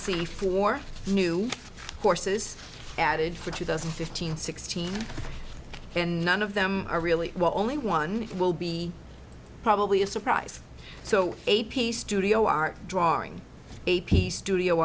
see four new courses added for two thousand and fifteen sixteen and none of them are really only one will be probably a surprise so a p studio art drawing a piece studio